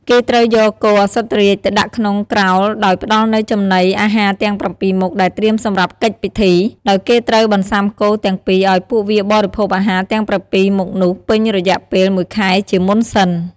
គេត្រូវយក គោឧសភរាជទៅដាក់នៅក្នុងក្រោលដោយផ្ដល់នូវចំណីអាហារទាំង ៧មុខ ដែលត្រៀមសម្រាប់កិច្ចពិធី ដោយគេត្រូវបន្សាំគោទាំងពីរឱ្យពួកវាបរិភោគអាហារទាំង៧មុខនោះពេញរយៈពេល ១ខែជាមុនសិន។